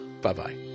Bye-bye